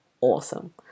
awesome